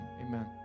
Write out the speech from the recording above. amen